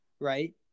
right